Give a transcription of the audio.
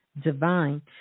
divine